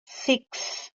six